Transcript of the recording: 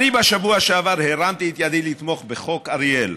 בשבוע שעבר הרמתי את ידי לתמוך בחוק אריאל,